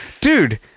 Dude